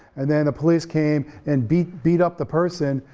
and then the police came and beat beat up the person,